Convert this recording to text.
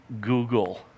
Google